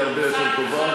היא הרבה יותר טובה.